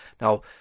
Now